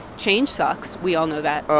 change sucks? we all know that